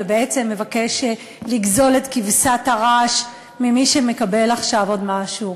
ובעצם מבקש לגזול את כבשת הרש ממי שמקבל עכשיו עוד משהו.